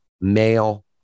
male